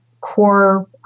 core